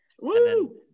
Woo